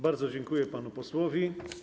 Bardzo dziękuję panu posłowi.